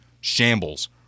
shambles